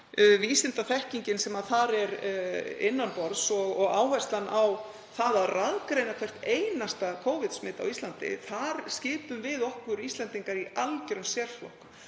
vísindaþekkingin sem þar er innan borðs og áherslan á það að raðgreina hvert einasta Covid-smit á Íslandi. Þar skipum við Íslendingar okkur í algjöran sérflokk,